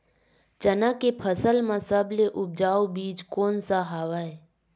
चना के फसल म सबले उपजाऊ बीज कोन स हवय?